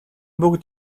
бүгд